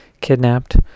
kidnapped